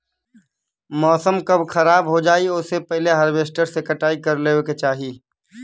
मौसम कब खराब हो जाई ओसे पहिले हॉरवेस्टर से कटाई कर लेवे के चाही